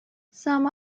some